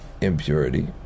impurity